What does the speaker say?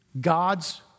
God's